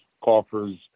coffers